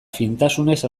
fintasunez